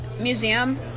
museum